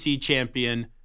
champion